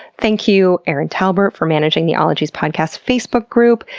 thank you erin talbert for managing the ologies podcast facebook group.